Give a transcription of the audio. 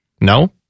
No